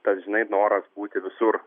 tas žinai noras būti visur